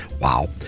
Wow